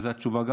וזאת התשובה,